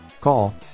Call